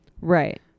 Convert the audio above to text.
right